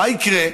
מה יקרה?